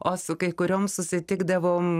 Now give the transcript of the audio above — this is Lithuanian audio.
o su kai kuriom susitikdavom